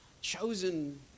chosen